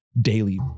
daily